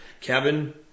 Kevin